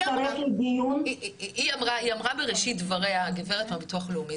היא אמרה בראשית דבריה הדוברת מהביטוח הלאומי,